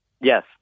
Yes